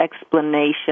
explanation